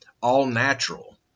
all-natural